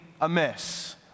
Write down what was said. amiss